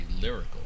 lyrical